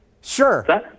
Sure